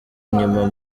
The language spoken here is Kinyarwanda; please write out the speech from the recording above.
inyuma